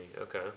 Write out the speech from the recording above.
Okay